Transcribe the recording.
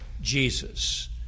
Jesus